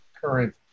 current